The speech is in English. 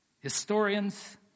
historians